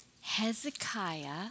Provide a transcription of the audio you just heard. Hezekiah